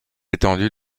étendues